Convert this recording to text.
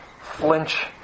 flinch